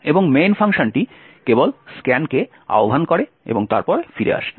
এবং main ফাংশনটি কেবল scan কে আহ্বান করে এবং তারপরে ফিরে আসে